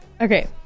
Okay